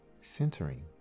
Centering